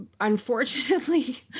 unfortunately